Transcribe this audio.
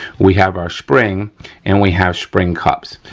we have our spring and we have spring cups.